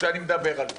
כשאני מדבר על זה.